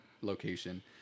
location